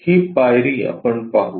ही पायरी आपण पाहू